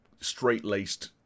straight-laced